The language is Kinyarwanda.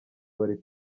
bari